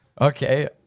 Okay